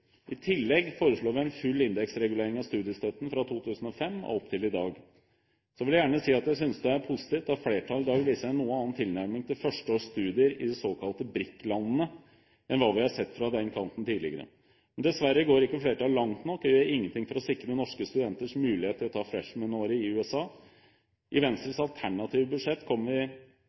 I tillegg foreslår vi en full indeksregulering av studiestøtten fra 2005 og fram til i dag. Så vil jeg gjerne si at jeg synes det er positivt at flertallet i dag viser en noe annen tilnærming til førsteårs studier i de såkalte BRIC-landene enn hva vi har sett fra den kanten tidligere. Men dessverre går ikke flertallet langt nok: De gjør ingenting for å sikre norske studenters mulighet til å ta freshman-året i USA. I Venstres alternative budsjett kommer vi